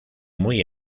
muy